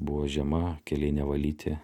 buvo žiema keliai nevalyti